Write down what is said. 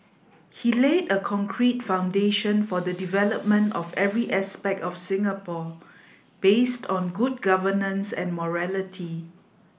he laid a concrete foundation for the development of every aspect of Singapore based on good governance and morality